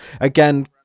again